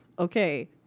Okay